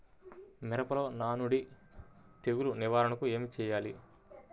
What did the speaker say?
మిరపలో నానుడి తెగులు నివారణకు ఏమి చేయాలి?